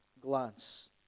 glance